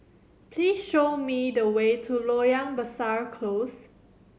please show me the way to Loyang Besar Close